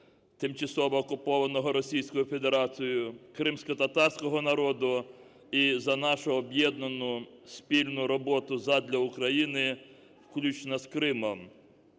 тимчасово окупованого Російською Федерацією, кримськотатарського народу і за нашу об'єднану спільну роботу задля України включно з Кримом.